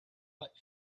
but